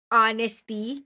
honesty